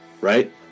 right